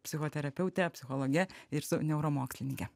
psichoterapeute psichologe ir su neuromokslininke